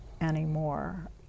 anymore